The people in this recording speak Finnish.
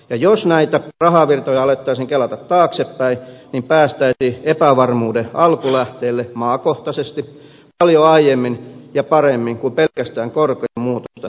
ja jos näitä rahavirtoja alettaisiin kelata taaksepäin niin päästäisiin epävarmuuden alkulähteille maakohtaisesti paljon aiemmin ja paremmin kuin pelkästään korkojen muutosta seuraamalla